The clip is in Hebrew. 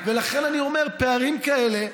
לכן אני אומר: פערים כאלה,